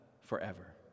forever